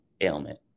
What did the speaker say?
ailment